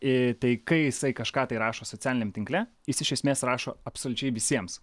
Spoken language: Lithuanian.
ee tai kai jisai kažką tai rašo socialiniam tinkle jis iš esmės rašo absoliučiai visiems